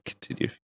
continue